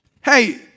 Hey